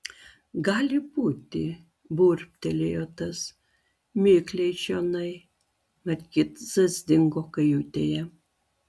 gali būti burbtelėjo tas mikliai čionai markizas dingo kajutėje